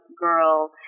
girl